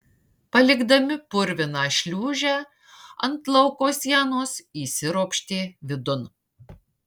palikdami purviną šliūžę ant lauko sienos įsiropštė vidun